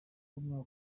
w’umwaka